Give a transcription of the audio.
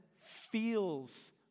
feels